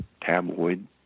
tabloid